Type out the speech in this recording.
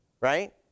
right